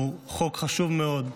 היא הצעה חשובה מאוד.